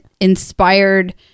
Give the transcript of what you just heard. inspired